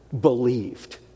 believed